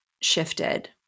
shifted